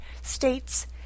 states